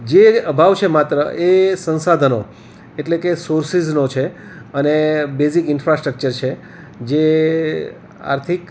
જે અભાવ છે માત્ર એ સંસાધનો એટલે કે સોર્સીઝનો છે અને બેઝિક ઇન્ફ્રાસ્ટ્રક્ચર છે જે આર્થિક